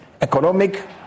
Economic